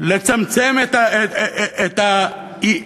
לצמצם את האיוולת,